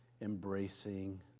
embracing